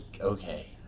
okay